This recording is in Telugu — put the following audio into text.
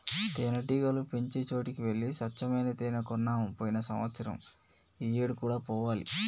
తేనెటీగలు పెంచే చోటికి వెళ్లి స్వచ్చమైన తేనే కొన్నాము పోయిన సంవత్సరం ఈ ఏడు కూడా పోవాలి